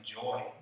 joy